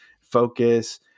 focus